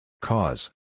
Cause